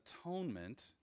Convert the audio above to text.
Atonement